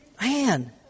man